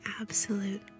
absolute